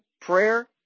prayer